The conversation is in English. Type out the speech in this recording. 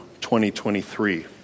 2023